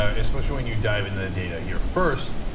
ah especially when you dive into the data here. first,